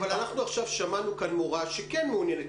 אבל אנחנו עכשיו שמענו כאן מורה שכן מעוניינת